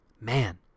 man